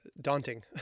daunting